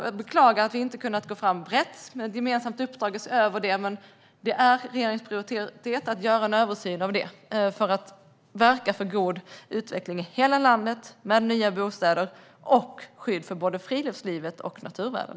Jag beklagar att vi inte kunnat gå fram brett med ett gemensamt uppdrag att se över detta, men regeringen prioriterar att göra en översyn för att verka för god utveckling i hela landet - med nya bostäder och skydd för både friluftslivet och naturvärden.